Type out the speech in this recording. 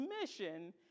mission